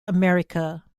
america